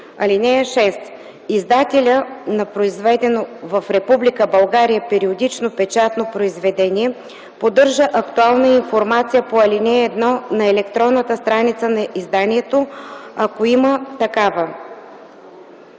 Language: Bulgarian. (6) Издателят на произведено в Република България периодично печатно произведение поддържа актуална информация по ал. 1 на електронната страница на изданието, ако има такава.”